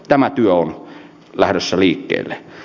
tämä työ on lähdössä liikkeelle